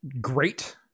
great